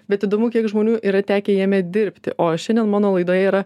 bet įdomu kiek žmonių yra tekę jame dirbti o šiandien mano laidoje yra